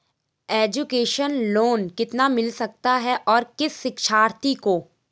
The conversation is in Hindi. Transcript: एजुकेशन लोन कितना मिल सकता है और किस शिक्षार्थी को?